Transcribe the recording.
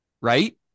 Right